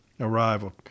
arrival